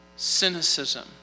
Cynicism